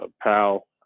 pal